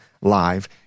live